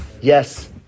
Yes